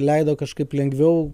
leido kažkaip lengviau